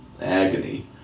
agony